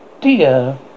dear